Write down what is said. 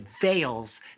veils